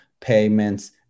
payments